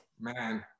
man